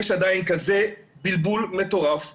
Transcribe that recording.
יש עדיין כזה בלבול מטורף.